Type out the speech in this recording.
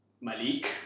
Malik